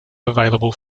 available